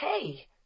Hey